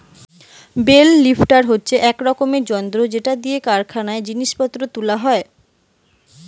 bell lifter হচ্ছে এক রকমের যন্ত্র যেটা দিয়ে কারখানায় জিনিস পত্র তুলা হয়